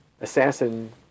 assassin